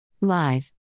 Live